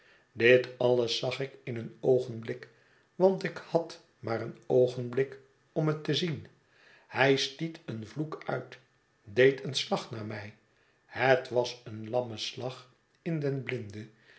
dit alles zag ik in een oogenblik want ik had maar een oogenblik om het te zien hij stiet een vloek uit deed een slag naar my het was een lamme slag in den blinde